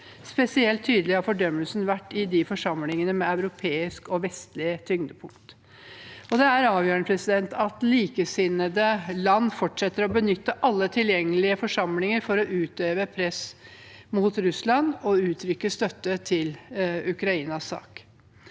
Spesielt tydelig har fordømmelsen vært i forsamlingene med europeisk og vestlig tyngdepunkt. Det er avgjørende at likesinnede land fortsetter å benytte alle tilgjengelige forsamlinger for å utøve press mot Russland og uttrykke støtte til Ukrainas sak.